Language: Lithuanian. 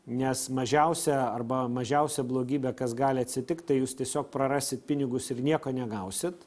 nes mažiausia arba mažiausia blogybė kas gali atsitikt tai jūs tiesiog prarasit pinigus ir nieko negausit